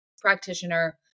practitioner